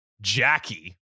Jackie